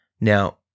Now